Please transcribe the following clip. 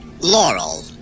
Laurel